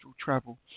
travel